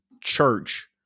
church